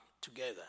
together